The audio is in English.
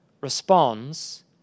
responds